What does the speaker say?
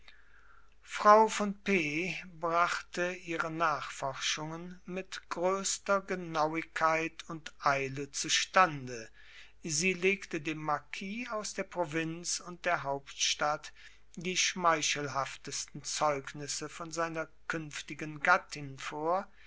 frau von p brachte ihre nachforschungen mit größter genauigkeit und eile zustande sie legte dem marquis aus der provinz und der hauptstadt die schmeichelhaftesten zeugnisse von seiner künftigen gattin vor